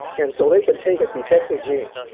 and so they can take a defective gene,